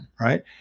right